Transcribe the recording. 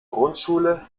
grundschule